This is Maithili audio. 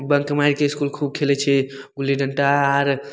बङ्क मारिके इसकुल खूब खेलै छिए गुल्ली डन्टा आर